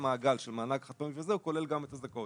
המעגל של קבלת מענק חד פעמי וזהו כולל גם את הזכאויות.